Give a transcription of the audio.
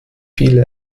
viele